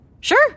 Sure